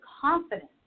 confidence